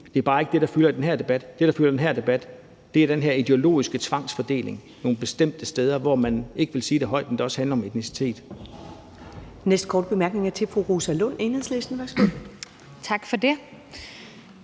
Det er bare ikke det, der fylder i den her debat. Det, der fylder i den her debat, er den her ideologiske tvangsfordeling nogle bestemte steder, som man ikke vil sige højt også handler om etnicitet. Kl. 16:02 Første næstformand (Karen Ellemann) : Næste